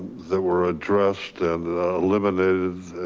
there were addressed and eliminated